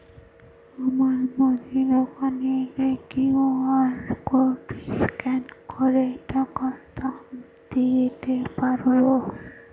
আমার মুদি দোকানের কিউ.আর কোড স্ক্যান করে টাকা দাম দিতে পারব?